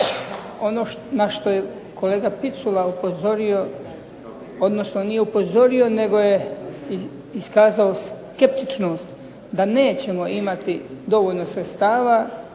ono na što je kolega Picula upozorio, odnosno nije upozorio nego je iskazao skeptičnost da nećemo imati dovoljno sredstava